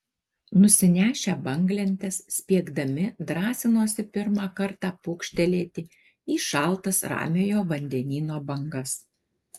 nusinešę banglentes spiegdami drąsinosi pirmą kartą pūkštelėti į šaltas ramiojo vandenyno bangas